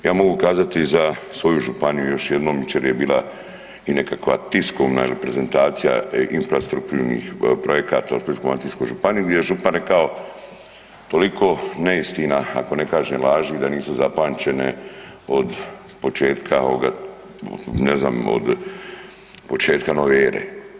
Ja mogu kazati za svoju županiju još jednom, jučer je bila i nekakva tiskovna prezentacija infrastrukturnih projekata u Splitsko-dalmatinskoj županiji gdje je župan rekao toliko neistina, ako ne kažem laži, da nisu zapamćene od početka ovoga ne znam od početka nove ere.